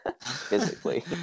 physically